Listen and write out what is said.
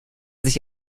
sich